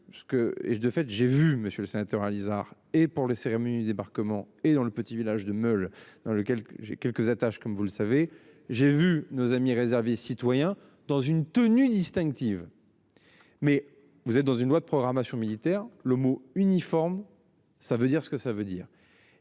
je. De fait, j'ai vu Monsieur le Sénateur Alizart et pour les cérémonies du débarquement et dans le petit village de meuble dans lequel j'ai quelques attaches comme vous le savez, j'ai vu nos amis citoyen dans une tenue distinctive. Mais vous êtes dans une loi de programmation militaire le mot uniforme. Ça veut dire ce que ça veut dire.